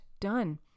Done